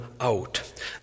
out